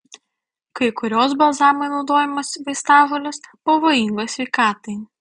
kai kurios balzamui naudojamos vaistažolės pavojingos sveikatai